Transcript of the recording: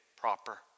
proper